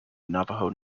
navajo